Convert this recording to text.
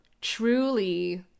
truly